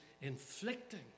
inflicting